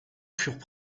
furent